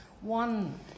one